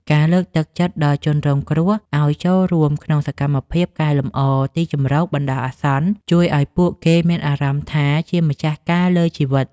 ការលើកទឹកចិត្តដល់ជនរងគ្រោះឱ្យចូលរួមក្នុងសកម្មភាពកែលម្អទីជម្រកបណ្តោះអាសន្នជួយឱ្យពួកគេមានអារម្មណ៍ថាជាម្ចាស់ការលើជីវិត។